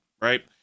right